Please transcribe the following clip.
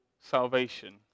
salvation